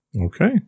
okay